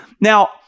Now